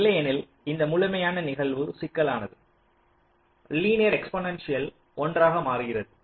இல்லையெனில் இந்த முழுமையான நிகழ்வு சிக்கலானது லீனியர் எக்போனான்சியேல் ஒன்றாக மாறுகிறது